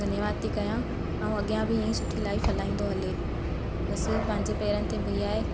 धन्यवाद थी कयां ऐं अॻियां बि ईअंई सुठी लाइफ हलाईंदो हले बसि पंहिंजे पैरनि ते बिहाए